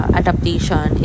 adaptation